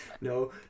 no